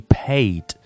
paid